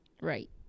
right